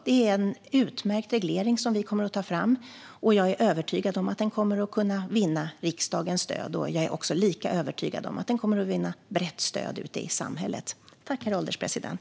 Det är en utmärkt reglering vi kommer att ta fram, och jag är övertygad om att den kommer att kunna vinna riksdagens stöd. Jag är lika övertygad om att den kommer att vinna brett stöd ute i samhället.